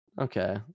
Okay